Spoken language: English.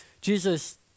Jesus